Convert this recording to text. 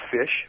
fish